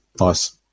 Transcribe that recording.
Nice